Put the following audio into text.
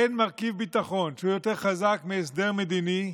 אין מרכיב ביטחון שהוא יותר חזק מהסדר מדיני,